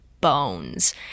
bones